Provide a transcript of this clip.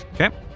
Okay